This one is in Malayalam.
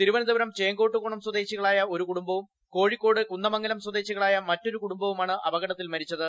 തിരുവന്തപുരം ചേങ്കോട്ടുകോണം സ്വദേശികളായ ഒരു കുടുംബവും കോഴിക്കോട് കുന്ദമംഗലം സ്വദേശികളായ മറ്റൊരു കുടുംബവുമാണ് അപകടത്തിൽ മരിച്ചത്